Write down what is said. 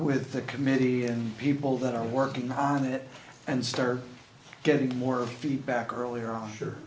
with the committee and people that are working on it and start getting more feedback earlier o